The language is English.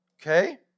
okay